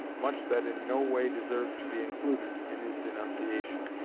much that in no way deserves to be included in his denunciation.